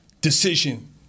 decision